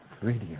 Radio